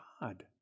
God